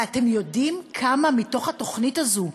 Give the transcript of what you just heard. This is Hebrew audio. ואתם יודעים כמה מתוך התוכנית הזאת,